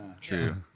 True